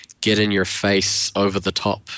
get-in-your-face-over-the-top